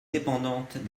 dépendantes